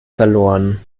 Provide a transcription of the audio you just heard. verloren